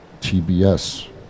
tbs